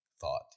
thought